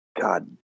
God